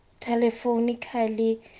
telephonically